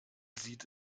sieht